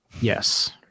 Yes